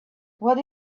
what